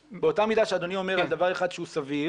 באותה מידה שאדוני אומר על דבר אחד שהוא סביר,